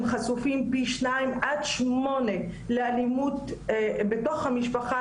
חשופים פי שניים עד שמונה לאלימות בתוך המשפחה,